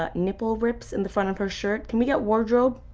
ah nipple rips in the front of her shirt. can we get wardrobe.